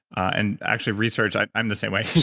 and actually, research, i'm i'm the same way.